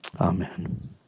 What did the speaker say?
Amen